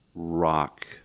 rock